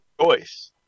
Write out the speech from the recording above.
choice